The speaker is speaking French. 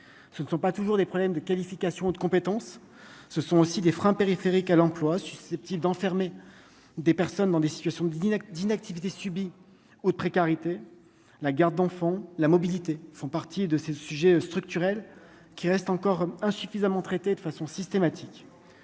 ce ne sont pas toujours des problèmes de qualification de compétences, ce sont aussi des freins périphériques à l'emploi susceptibles d'enfermer des personnes dans des situations Didine d'inactivité subie de précarité, la garde d'enfant, la mobilité font partie de ces sujets structurels qui reste encore insuffisamment traitées de façon systématique,